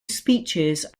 speeches